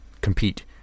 compete